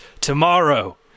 Tomorrow